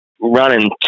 running